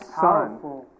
son